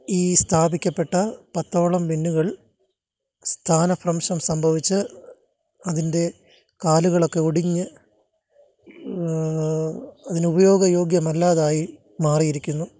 ഈ സ്ഥാപിക്കപ്പെട്ട പത്തോളം ബിന്നുകൾ സ്ഥാനഭ്രംശം സംഭവിച്ച് അതിൻ്റെ കാലുകളൊക്കെ ഒടിഞ്ഞ് അതിന് ഉപയോഗയോഗ്യമല്ലാതായി മാറിയിരിക്കുന്നു